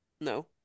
No